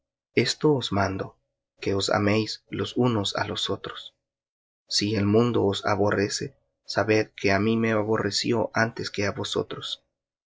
esto os mando que os améis los unos á los otros si el mundo os aborrece sabed que á mí me aborreció antes que á vosotros